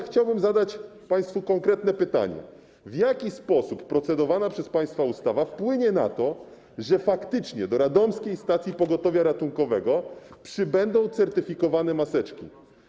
Chciałbym zadać państwu konkretne pytanie: W jaki sposób procedowana przez państwa ustawa wpłynie na to, że faktycznie do Radomskiej Stacji Pogotowia Ratunkowego przybędą certyfikowane maseczki?